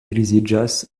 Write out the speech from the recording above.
griziĝas